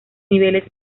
niveles